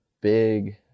big